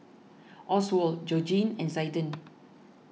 Oswald Georgene and Zaiden